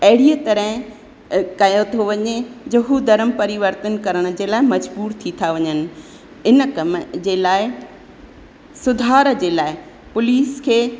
अहिड़ीअ तरह कयो थो वञे जो हू धर्म परिवर्तन करण जे लाइ मजबूर थी था वञनि इन कम जे लाइ सुधार जे लाइ पुलिस खे